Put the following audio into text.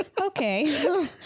Okay